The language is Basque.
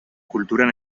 kulturan